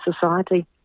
society